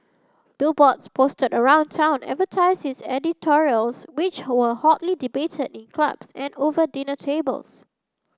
billboards posted around town advertised his editorials which were hotly debated in clubs and over dinner tables